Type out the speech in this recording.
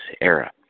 era